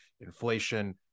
inflation